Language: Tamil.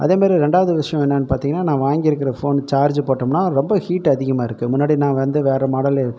அதேமாதிரி ரெண்டாவது விஷயம் என்னன்னு பார்த்திங்கன்னா நான் வாங்கியிருக்குற ஃபோன் சார்ஜு போட்டோம்னால் ரொம்ப ஹீட் அதிகமாக இருக்குது முன்னாடி நான் வந்து வேறு மாடலு